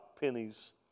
pennies